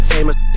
Famous